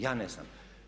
Ja ne znam.